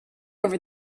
over